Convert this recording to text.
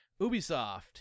Ubisoft